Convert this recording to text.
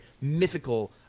mythical